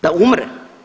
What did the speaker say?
Da umre?